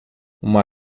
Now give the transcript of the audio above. uma